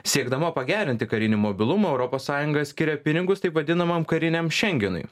siekdama pagerinti karinį mobilumą europos sąjunga skiria pinigus taip vadinamam kariniam šengenui